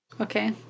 Okay